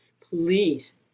please